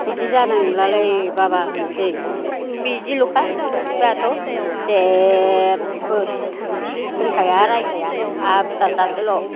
बिदि जानाय नंलालै बाबा होननोसै बिदिल'खा बिफायाथ' जेबो होनखाया रायखाया आंहा फिसा सासेल'